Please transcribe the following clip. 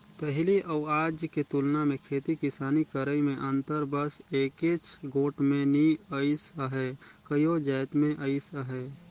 पहिली अउ आज के तुलना मे खेती किसानी करई में अंतर बस एकेच गोट में नी अइस अहे कइयो जाएत में अइस अहे